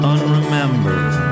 Unremembered